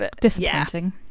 disappointing